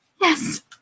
Yes